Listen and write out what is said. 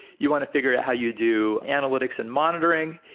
you want to figure out how you do analytics and monitoring.